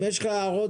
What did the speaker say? אם יש לך הערות,